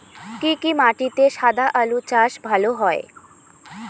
কি কি মাটিতে সাদা আলু চাষ ভালো হয়?